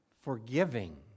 forgiving